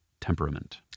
temperament